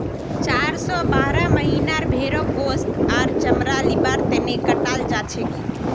चार स बारह महीनार भेंड़क गोस्त आर चमड़ा लिबार तने कटाल जाछेक